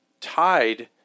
tied